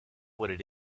what